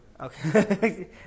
Okay